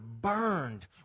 burned